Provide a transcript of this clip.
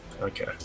okay